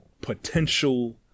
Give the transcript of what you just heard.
potential